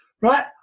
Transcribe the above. right